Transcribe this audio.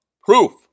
proof